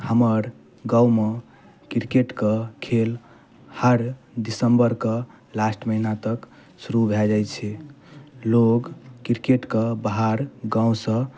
हमर गाँवमे क्रिकेटके खेल हर दिसंबर कऽ लास्ट महिना तक शुरू भए जाइत छै लोग क्रिकेट कऽ बाहर गाँवसँ